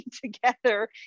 together